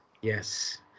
Yes